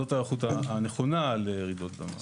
זאת ההיערכות הנכונה לרעידות אדמה.